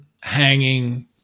hanging